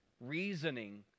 reasoning